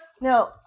No